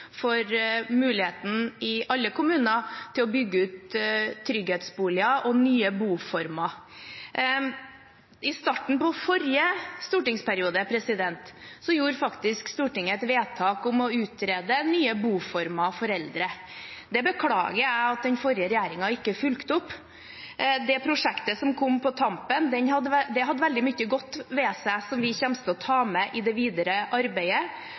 muligheten for alle kommuner til å bygge ut trygghetsboliger og nye boformer. I starten på forrige stortingsperiode gjorde faktisk Stortinget et vedtak om å utrede nye boformer for eldre. Det beklager jeg at den forrige regjeringen ikke fulgte opp. Det prosjektet som kom på tampen, hadde veldig mye godt ved seg, som vi kommer til å ta med i det videre arbeidet.